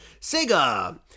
SEGA